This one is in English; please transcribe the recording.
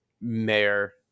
Mayor